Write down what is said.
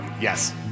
Yes